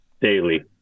daily